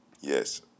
Yes